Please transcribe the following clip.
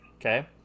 Okay